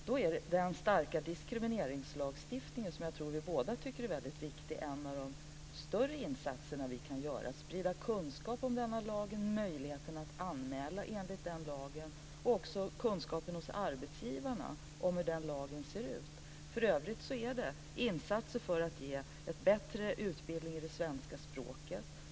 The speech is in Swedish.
Då är hävdandet av den starka diskrimineringslagstiftningen - som jag tror vi båda tycker är viktig - en av de större insatserna vi kan göra, dvs. sprida kunskap om denna lag, möjligheten att anmäla enligt den lagen och också sprida kunskapen hos arbetsgivarna om hur den lagen ser ut. För övrigt är det fråga om insatser för att ge bättre utbildning i det svenska språket.